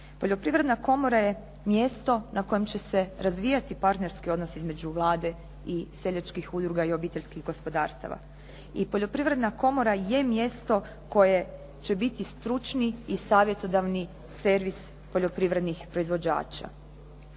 Poljoprivredna komora je mjesto na kojem će se razvijati partnerski odnos između Vlade i seljačkih udruga i obiteljskih gospodarstava. I poljoprivredna komora je mjesto koje će biti stručni i savjetodavni servis poljoprivrednih proizvođača.